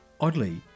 Oddly